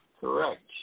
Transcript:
Correct